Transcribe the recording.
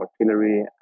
artillery